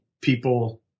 people